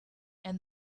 and